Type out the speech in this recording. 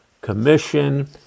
commission